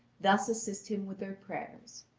thus assist him with their prayers.